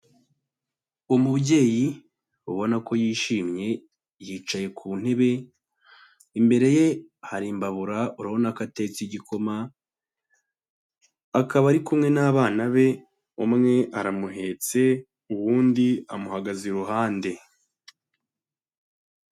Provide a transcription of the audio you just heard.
Umubyeyi ubona ko yishimye, yicaye ku ntebe, imbere ye hari imbabura urabona ko atetse igikoma, akaba ari kumwe n'abana be, umwe aramuhetse, uwundi amuhagaze iruhande.